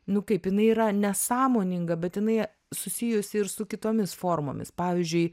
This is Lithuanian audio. nu kaip jinai yra nesąmoninga bet jinai susijusi ir su kitomis formomis pavyzdžiui